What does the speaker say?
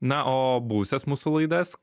na o buvusias mūsų laidas